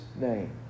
name